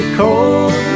cold